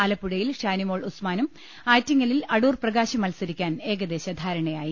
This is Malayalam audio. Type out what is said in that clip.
ആലപ്പുഴയിൽ ഷാനിമോൾ ഉസ്മാനും ആറ്റിങ്ങലിൽ അടൂർ പ്രകാശും മത്സരിക്കാൻ ഏകദേശ ധാരണയായി